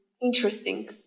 interesting